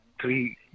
three